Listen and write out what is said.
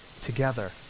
together